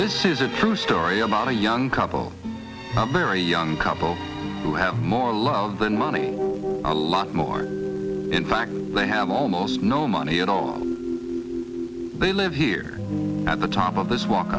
this is a true story about a young couple very young couple who have more love than money a lot more in fact they have almost no money and they live here at the top of this walk